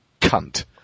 cunt